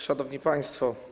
Szanowni Państwo!